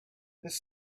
this